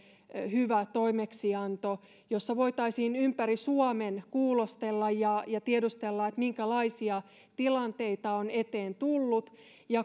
hyvä toimeksianto jossa voitaisiin ympäri suomen kuulostella ja ja tiedustella minkälaisia tilanteita on eteen tullut